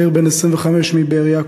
צעיר בן 25 מבאר-יעקב,